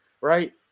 right